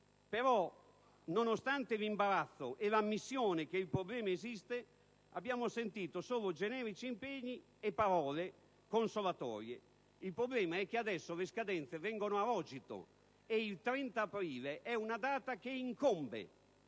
però, nonostante l'imbarazzo e l'ammissione che il problema esiste, abbiamo ascoltato solo generici impegni e parole consolatorie. Il problema è che adesso le scadenze vengono a rogito e il 30 aprile è una data che incombe.